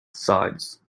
sides